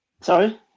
Sorry